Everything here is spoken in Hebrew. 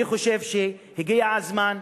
אני חושב שהגיע הזמן,